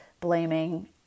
blaming